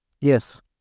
Yes